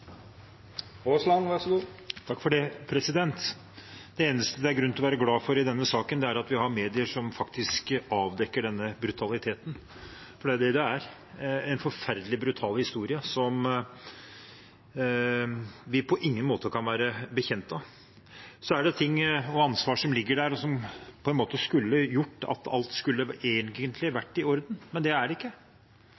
Det eneste det er grunn til å være glad for i denne saken, er at vi har medier som faktisk avdekker denne brutaliteten – for det er det det er. Det er en forferdelig brutal historie som vi på ingen måte kan være bekjent av. Det er saker og ansvar som ligger der, som skulle gjort at alt egentlig skulle